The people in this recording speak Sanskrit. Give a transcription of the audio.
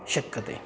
शक्यते